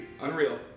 Unreal